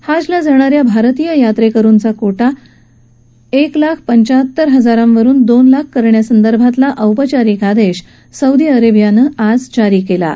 हजला जाणार्या भारतीय यात्रेकरूंचा कोटा एक लाख पंचाहत्तर हजारांवरून दोन लाख करण्यासंदर्भातला औपचारिक आदेश सौदी अरेबियानं जारी केला आहे